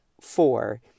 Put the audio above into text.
four